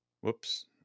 Whoops